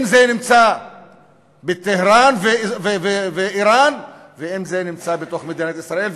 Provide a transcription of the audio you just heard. אם בטהרן ואיראן ואם במדינת ישראל.